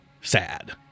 sad